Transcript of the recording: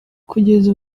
kugeza